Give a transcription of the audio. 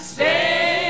Stay